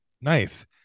nice